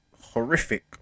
horrific